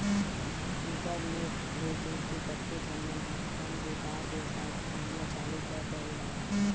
internet ले जुड़के कतको झन मन ह अपन बेपार बेवसाय के काम ल चालु कर डरे हवय